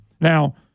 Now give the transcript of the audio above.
Now